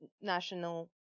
national